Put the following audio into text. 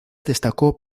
destacó